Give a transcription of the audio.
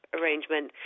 arrangement